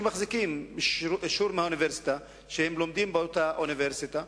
שמחזיקים אישור מהאוניברסיטה שהם לומדים באותה אוניברסיטה,